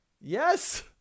Yes